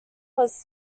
was